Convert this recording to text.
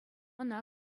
ӑна